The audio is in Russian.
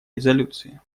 резолюции